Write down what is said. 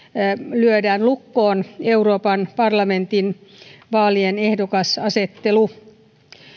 lyödään lukkoon euroopan parlamentin vaalien ehdokasasettelu